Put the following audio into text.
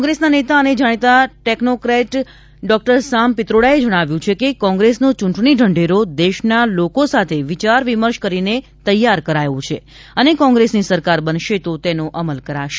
કોંગ્રેસના નેતા અને જાણીતા ટેકનોક્રેટ ડોકટર સામ પિત્રોડાએ જણાવ્યું છે કે કોંગ્રેસનો ચૂંટણી ઢંઢેરો દેશના લોકો સાથે વિચાર વિમર્શ કરીને તૈયાર કરાયો છે અને કોંગ્રેસની સરકાર બનશે તો તેનો અમલ કરાશે